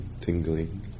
tingling